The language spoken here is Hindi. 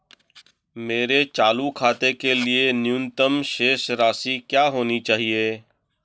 मेरे चालू खाते के लिए न्यूनतम शेष राशि क्या होनी चाहिए?